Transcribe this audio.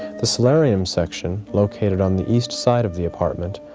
the solarium section, located on the east side of the apartment,